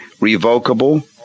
revocable